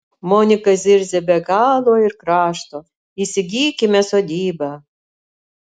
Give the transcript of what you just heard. monika zirzia be galo ir krašto įsigykime sodybą